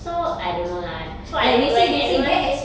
so I don't know lah so I don't kn~ when everyone says